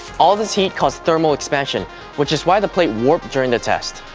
all this heat caused thermal expansion which is why the plate warped during the test.